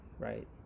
Right